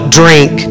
drink